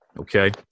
Okay